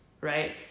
right